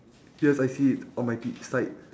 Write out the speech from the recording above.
yes I see it on my orchid side